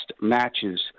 matches